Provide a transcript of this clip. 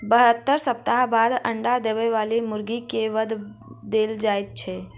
बहत्तर सप्ताह बाद अंडा देबय बाली मुर्गी के वध देल जाइत छै